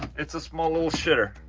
it's a small little shitter.